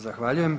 Zahvaljujem.